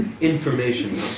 Information